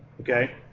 Okay